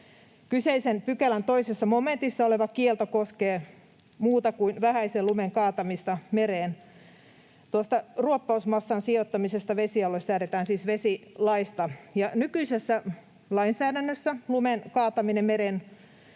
Kyseisen pykälän 2 momentissa oleva kielto koskee muuta kuin vähäisen lumen kaatamista mereen. Ruoppausmassan sijoittamisesta vesialueelle säädetään siis vesilaissa. Nykyisessä lainsäädännössä lumen kaataminen mereen